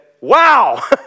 Wow